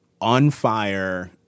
on-fire